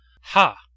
Ha